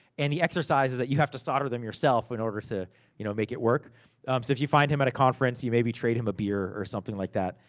and the exercise is that you have to solder them yourself, in order to you know make it work. so if you find him at a conference, you maybe trade him a beer, or something like that.